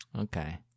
Okay